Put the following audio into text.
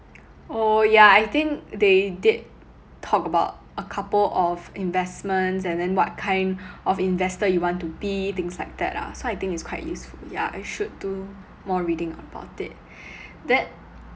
oh yeah I think they did talk about a couple of investments and then what kind of investor you want to be things like that ah so I think it's quite useful yeah I should do more reading about it that